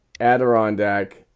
Adirondack